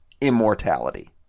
immortality